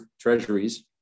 treasuries